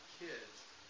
kids